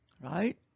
Right